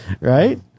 Right